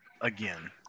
again